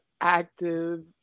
active